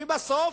ובסוף,